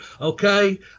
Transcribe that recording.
Okay